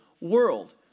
world